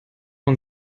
man